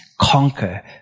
conquer